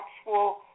actual